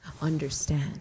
understand